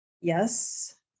Yes